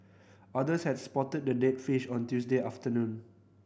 others had spotted the dead fish on Tuesday afternoon